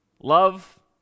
love